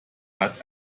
hat